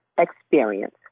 experience